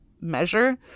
measure